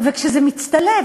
וכשזה מצטלב,